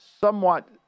somewhat